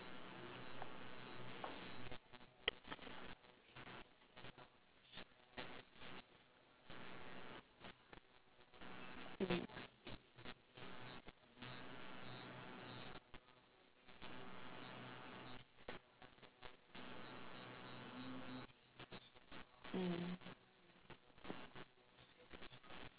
mm mm